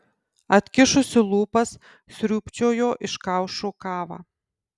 atkišusi lūpas sriūbčiojo iš kaušo kavą